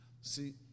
See